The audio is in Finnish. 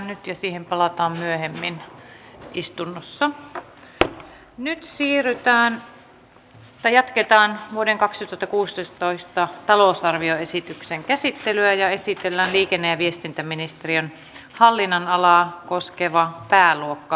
meillä on siihen valmiutta ja meillä on siihen riittävästi resursseja joten antaa junan mennä eteenpäin vain